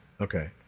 Okay